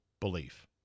belief